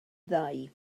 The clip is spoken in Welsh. ddau